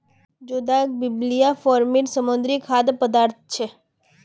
जोदाक बिब्लिया फॅमिलीर समुद्री खाद्य पदार्थ छे